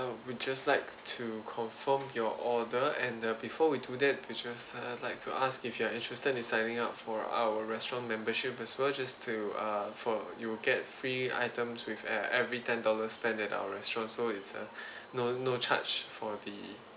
we just like to confirm your order and uh before we do that we just err like to ask if you are interested in signing up for our restaurant membership as well just to uh for you will get free items with ev~ every ten dollars spent at our restaurants so it's a no no charge for the